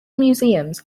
museums